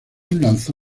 lanzó